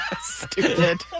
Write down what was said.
Stupid